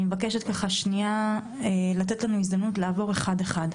אני מבקשת לתת לנו הזדמנות לעבור אחד-אחד.